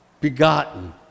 begotten